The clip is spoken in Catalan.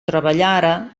treballara